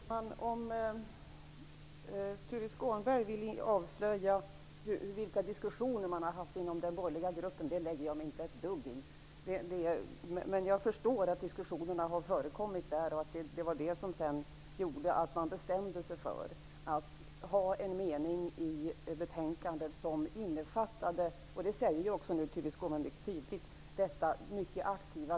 Herr talman! Om Tuve Skånberg vill avslöja vilka diskussioner man har haft inom den borgerliga gruppen lägger jag mig inte ett dugg i det. Jag förstår att diskussionerna har förekommit där och att det var det som gjorde att man bestämde sig för att ha en mening i betänkandet som innefattar det mycket aktiva verb som ''hävda'' är. Det säger också Tuve Skånberg nu mycket tydligt.